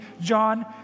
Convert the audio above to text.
John